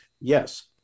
yes